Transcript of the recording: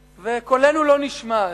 גם הפוליטיים, וקולנו לא נשמע אז.